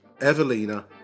Evelina